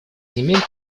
земель